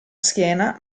schiena